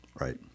right